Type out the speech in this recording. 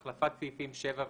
"החלפת סעיפים 7 ו-7א.